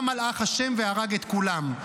בא מלאך ה' והרג את כולם.